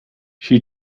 she